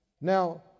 Now